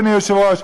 אדוני היושב-ראש,